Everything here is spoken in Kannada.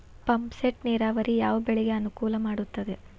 ಪಂಪ್ ಸೆಟ್ ನೇರಾವರಿ ಯಾವ್ ಬೆಳೆಗೆ ಅನುಕೂಲ ಮಾಡುತ್ತದೆ?